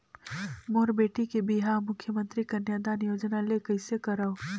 मोर बेटी के बिहाव मुख्यमंतरी कन्यादान योजना ले कइसे करव?